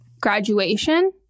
graduation